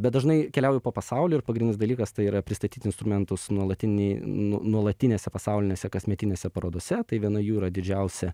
bet dažnai keliauju po pasaulį ir pagrindinis dalykas tai yra pristatyti instrumentus nuolatinį nuo nuolatinėse pasaulinėse kasmetinėse parodose tai viena jų yra didžiausia